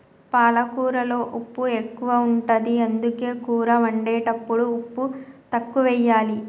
పాలకూరలో ఉప్పు ఎక్కువ ఉంటది, అందుకే కూర వండేటప్పుడు ఉప్పు తక్కువెయ్యాలి